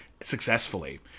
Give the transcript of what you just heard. successfully